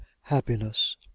happiness